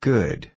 Good